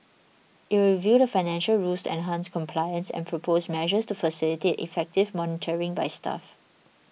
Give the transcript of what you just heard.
it will review the financial rules to enhance compliance and propose measures to facilitate effective monitoring by staff